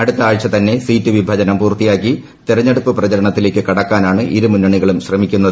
അടുത്ത ആഴ്ച തന്നെ സീറ്റ് വിഭജനം പൂർത്തിയാക്കി തെരഞ്ഞെടുപ്പ് പ്രചരണത്തിലേക്ക് കടക്കാനാണ് ഇരു മുന്നണികളും ശ്രമിക്കുന്നത്